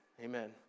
Amen